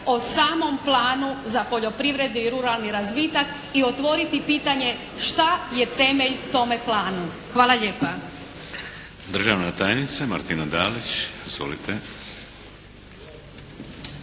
o samom planu za poljoprivredu i ruralni razvitak i otvoriti pitanje šta je temelj tome planu. Hvala lijepa.